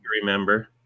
remember